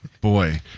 Boy